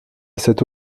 cette